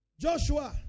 Joshua